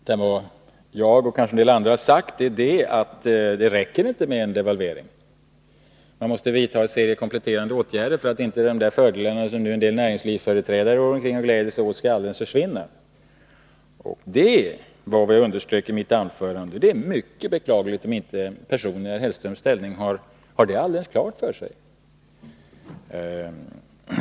Vad jag, och kanske en del andra, har sagt är att det inte räcker med en devalvering. Man måste vidta en serie kompletterande åtgärder för att inte de fördelar som en del näringslivsföreträdare går omkring och gläder sig åt alldeles skall försvinna. Det var detta som jag underströk i mitt anförande. Det är mycket beklagligt om inte personer i herr Hellströms ställning har detta helt klart för sig.